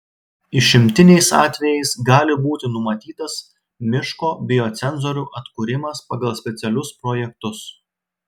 išimtiniais atvejais gali būti numatytas miško biocenozių atkūrimas pagal specialius projektus